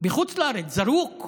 בחוץ לארץ, זרוק,